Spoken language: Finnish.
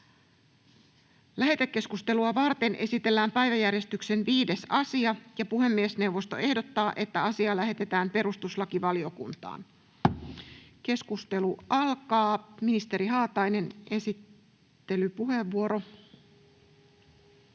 Lähetekeskustelua varten esitellään päiväjärjestyksen 5. asia. Puhemiesneuvosto ehdottaa, että asia lähetetään perustuslakivaliokuntaan. — Ministeri Haatainen, esittelypuheenvuoro.